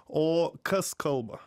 o kas kalba